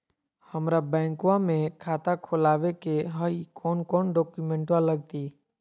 हमरा बैंकवा मे खाता खोलाबे के हई कौन कौन डॉक्यूमेंटवा लगती?